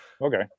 okay